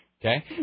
Okay